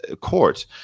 court